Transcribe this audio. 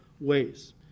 ways